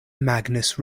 magnus